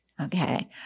Okay